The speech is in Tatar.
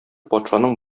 патшаның